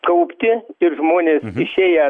kaupti ir žmonės išėję